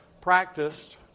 practiced